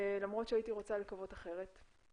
למרות שהייתי רוצה לקוות אחרת,